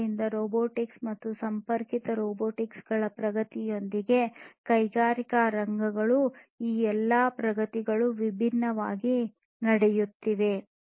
ಆದ್ದರಿಂದ ರೊಬೊಟಿಕ್ಸ್ ಮತ್ತು ಸಂಪರ್ಕಿತ ರೋಬೋಟ್ ಗಳ ಪ್ರಗತಿಯೊಂದಿಗೆ ಕೈಗಾರಿಕಾ ರಂಗಗಳು ಈ ಎಲ್ಲಾ ಪ್ರಗತಿಗಳು ವಿಭಿನ್ನವಾಗಿ ನಡೆಯುತ್ತಿವೆ